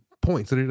points